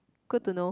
good to know